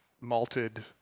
malted